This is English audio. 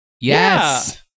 Yes